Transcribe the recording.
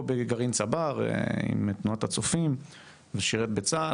בגרעין "צבר" עם תנועת הצופים ושירת בצה"ל.